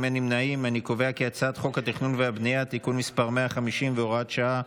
חוק התכנון והבנייה (תיקון מס' 150 והוראת שעה,